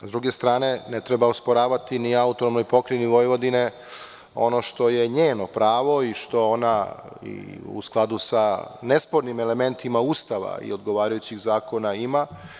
Sa druge strane, ne treba osporavati na AP Vojvodini ono što je njeno pravo i što ona u skladu sa nespornim elementima Ustava i odgovarajućih zakona ima.